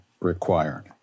required